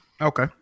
Okay